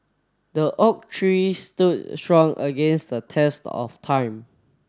the oak tree stood strong against the test of time